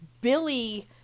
Billy